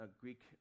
Greek